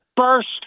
first